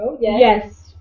Yes